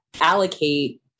allocate